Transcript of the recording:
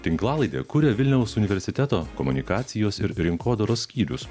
tinklalaidę kuria vilniaus universiteto komunikacijos ir rinkodaros skyrius